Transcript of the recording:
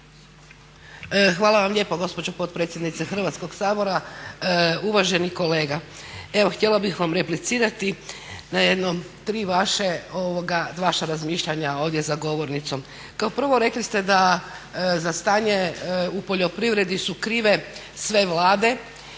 Hvala vam lijepo gospođo potpredsjednice Hrvatskog sabora. Uvaženi kolega, htjela bih vam replicirati na tri vaša razmišljanja ovdje za govornicom. Kao prvo rekli ste da za stanje u poljoprivredi su krive sve vlade,